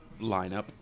lineup